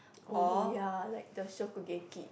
oh ya like the Shokugeki